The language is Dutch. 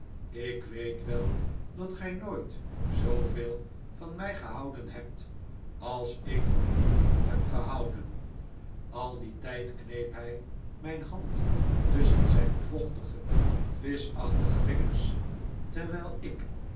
ik weet wel dat gij nooit zooveel van mij gehouden hebt als ik van u heb gehouden al dien tijd kneep hij mijn hand tusschen zijn vochtige vischachtige vingers terwijl ik